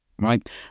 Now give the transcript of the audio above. Right